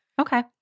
okay